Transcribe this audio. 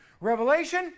Revelation